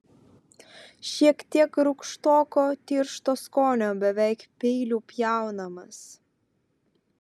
šiek tiek rūgštoko tiršto skonio beveik peiliu pjaunamas